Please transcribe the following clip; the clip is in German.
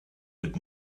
wird